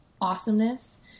awesomeness